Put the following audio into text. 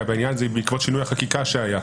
בעניין זה בעקבות שינוי החקיקה שהיה.